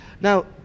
Now